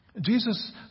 Jesus